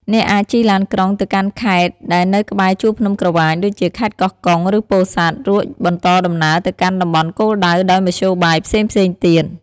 អ្នកអាចជិះឡានក្រុងទៅកាន់ខេត្តដែលនៅក្បែរជួរភ្នំក្រវាញ ដូចជាខេត្តកោះកុង ឬពោធិ៍សាត់ រួចបន្តដំណើរទៅកាន់តំបន់គោលដៅដោយមធ្យោបាយផ្សេងៗទៀត។